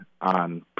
on